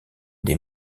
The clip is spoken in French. des